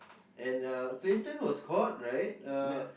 and uh Clinton was caught right uh